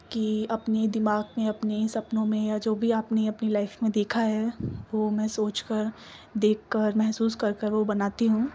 کہ اپنے دماغ میں اپنے سپنوں میں یا جو بھی آپ نے اپنی لائف میں دیکھا ہے وہ میں سوچ کر دیکھ کر محسوس کر کر وہ بناتی ہوں